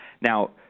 Now